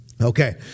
Okay